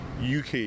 uk